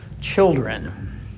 Children